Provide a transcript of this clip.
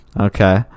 Okay